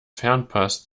fernpass